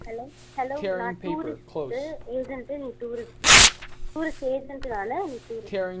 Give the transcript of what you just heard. hello hello நான் tourist agent நீங்கள் tourist tourist agent நான் நீங்கள் டூரிஸ்ட்